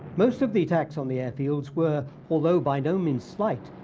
most of the attacks on the airfields were, although by no means slight,